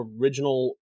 original